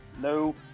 no